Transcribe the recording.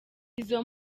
izo